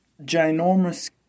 ginormous